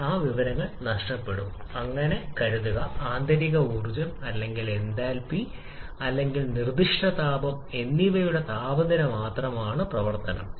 കൂടാതെ വായു അനുയോജ്യമായ വാതകമാണെന്ന് കരുതുക ആന്തരിക energy ർജ്ജം അല്ലെങ്കിൽ എന്തൽപി അല്ലെങ്കിൽ നിർദ്ദിഷ്ട താപം എന്നിവ താപനിലയുടെ മാത്രം പ്രവർത്തനമാണ്